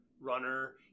runner